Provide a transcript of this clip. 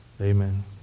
amen